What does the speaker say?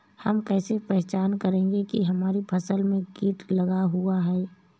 हम कैसे पहचान करेंगे की हमारी फसल में कीट लगा हुआ है?